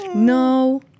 No